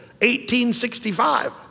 1865